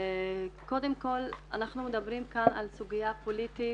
קודם כל אנחנו מדברים כאן על סוגיה פוליטית,